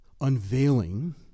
unveiling